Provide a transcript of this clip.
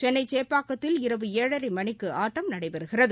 சென்னை சேப்பாக்கத்தில் இரவு ஏழரை மணிக்கு ஆட்டம் நடைபெறுகிறது